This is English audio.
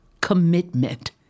commitment